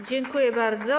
Dziękuję bardzo.